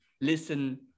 Listen